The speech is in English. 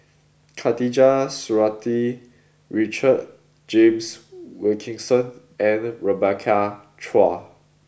Khatijah Surattee Richard James Wilkinson and Rebecca Chua